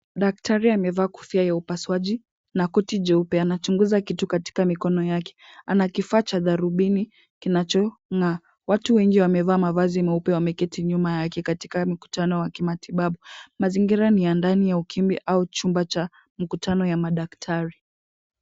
Daktari amevaa kofia ya upasuaji na koti jeupe anachunguza kitu katika mikono yake. Ana kifaa cha darubini kinachong'aa. Watu wengi wamevaa mavazi meupe wameketi nyuma yake katika mkutano wa kimatibabu. Mazingira ni ya ndani ya ukumbi au chumba cha mikutano ya madaktari